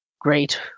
great